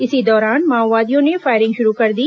इसी दौरान माओवादियों ने फायरिंग शुरू कर दी